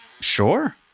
Sure